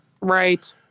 Right